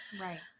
right